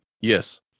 Yes